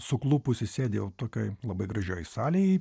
suklupusi sėdi jau tokioj labai gražioj salėj